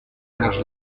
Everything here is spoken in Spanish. tras